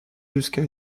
jusqu’à